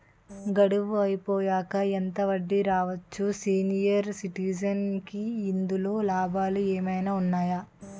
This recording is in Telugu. గడువు అయిపోయాక ఎంత వడ్డీ రావచ్చు? సీనియర్ సిటిజెన్ కి ఇందులో లాభాలు ఏమైనా ఉన్నాయా?